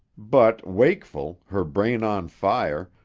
but, wakeful, her brain on fire,